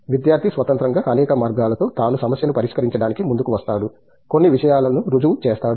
విద్యార్థి స్వతంత్రంగా అనేక మార్గాలతో తాను సమస్యను పరిష్కరించడానికి ముందుకు వస్తాడు కొన్ని విషయాలను రుజువు చేస్తాడు